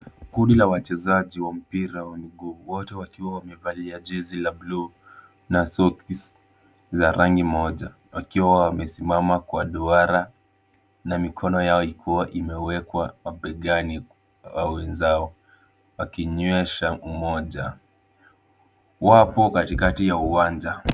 Kundi la wachezaji wa mpira wa miguu, wote wakiwa wamevalia jezi la bluu na soksi la rangi moja wakiwa wamesimama kwa duara na mikono yao ikiwa imewekwa mabegani mwa wenzao wakionyesha umoja, wapo katikati ya uwanja.